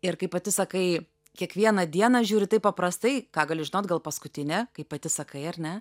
ir kaip pati sakai kiekvieną dieną žiūri taip paprastai ką gali žinot gal paskutinė kaip pati sakai ar ne